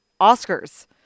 Oscars